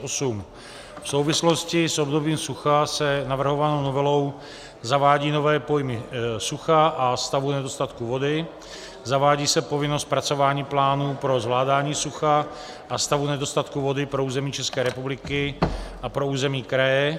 V souvislosti s obdobím sucha se navrhovanou novelou zavádí nové pojmy sucha a stavu nedostatku vody, zavádí se povinnost zpracování plánů pro zvládání sucha a stavu nedostatku vody pro území České republiky a pro území kraje.